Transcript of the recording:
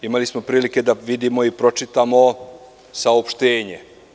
Imali smo prilike da vidimo i da pročitamo saopštenje.